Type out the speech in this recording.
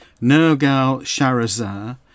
Nergal-Sharazar